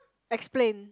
explain